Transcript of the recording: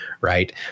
right